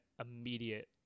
immediate